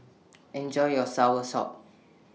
Enjoy your Soursop